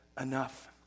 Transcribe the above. enough